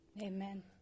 Amen